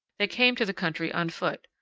they came to the country on foot,